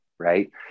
Right